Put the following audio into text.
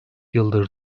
yıldır